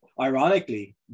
Ironically